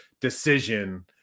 decision